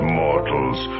mortals